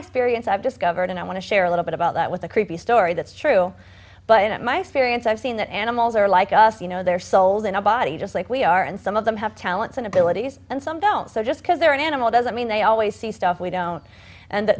experience i've discovered and i want to share a little bit about that with the creepy story that's true but my experience i've seen that animals are like us you know their souls in a body just like we are and some of them have talents and abilities and some don't so just because they're an animal doesn't mean they always see stuff we don't and